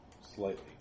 slightly